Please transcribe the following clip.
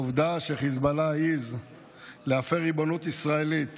העובדה שחיזבאללה העז להפר ריבונות ישראלית